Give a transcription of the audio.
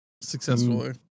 successfully